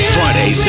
Friday